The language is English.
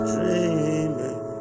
Dreaming